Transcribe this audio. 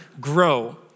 grow